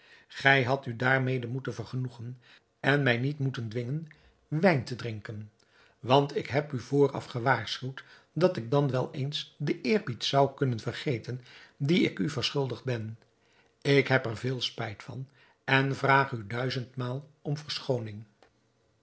gij hadt u daarmede moeten vergenoegen en mij niet moeten dwingen wijn te drinken want ik heb u vooraf gewaarschuwd dat ik dan wel eens den eerbied zou kunnen vergeten dien ik u verschuldigd ben ik heb er veel spijt van en vraag u duizendmaal om